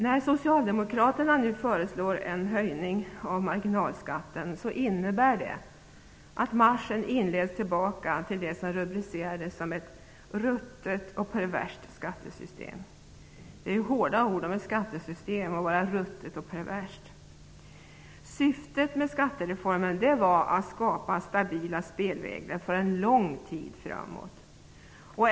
När socialdemokraterna nu föreslår en höjning av marginalskatten innebär det att marschen inleds tillbaka till det som rubricerades som ett "ruttet och perverst" skattesystem, och det är hårda ord om ett skattesystem. Syftet med skattereformen var att skapa stabila spelregler för lång tid framåt.